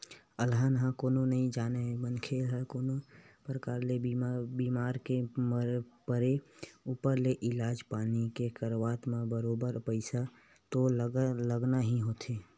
अलहन ल कोनो नइ जानय मनखे ल कोनो परकार ले बीमार के परे ऊपर ले इलाज पानी के करवाब म बरोबर पइसा तो लगना ही होथे